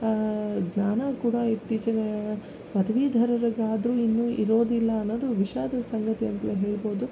ಜ್ಞಾನ ಕೂಡ ಇತ್ತೀಚಿನ ಪದವೀಧರರಗಾದ್ರೂ ಇನ್ನೂ ಇರೋದಿಲ್ಲ ಅನ್ನೋದು ವಿಷಾದದ ಸಂಗತಿ ಅಂತಲೇ ಹೇಳ್ಬೋದು